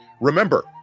Remember